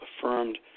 affirmed